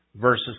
versus